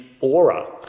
aura